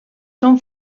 són